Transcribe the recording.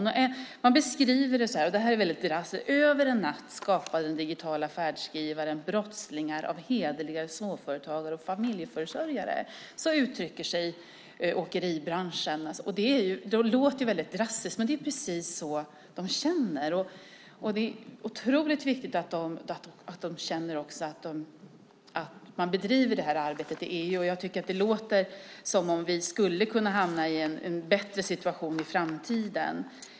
Sveriges Åkeriföretag beskriver det så här drastiskt: "Över en natt skapade den digitala färdskrivaren brottslingar av hederliga småföretagare och familjeförsörjare." Så uttrycker sig åkeribranschen. Det låter väldigt drastiskt, men det är precis så de känner. Det är otroligt viktigt att de känner att man bedriver det här arbetet i EU. Jag tycker att det låter som om vi skulle kunna hamna i en bättre situation i framtiden.